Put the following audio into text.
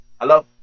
Hello